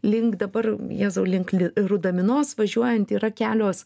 link dabar jėzau link li rudaminos važiuojant yra kelios